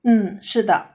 mm 是的